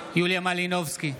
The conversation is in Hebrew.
מלינובסקי,